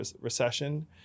recession